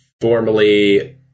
Formerly